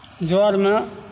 जरमे